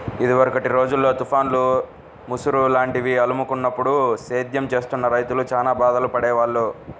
ఇదివరకటి రోజుల్లో తుఫాన్లు, ముసురు లాంటివి అలుముకున్నప్పుడు సేద్యం చేస్తున్న రైతులు చానా బాధలు పడేవాళ్ళు